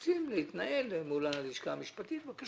רוצים להתנהל מול הלשכה המשפטית, בבקשה.